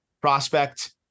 prospect